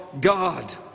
God